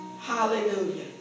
Hallelujah